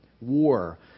war